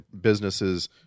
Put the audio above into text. businesses